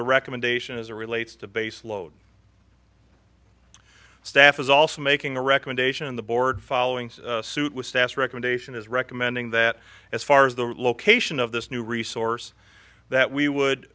the recommendation as a relates to baseload staff is also making a recommendation the board following suit with staff recommendation is recommending that as far as the location of this new resource that we would